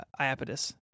Iapetus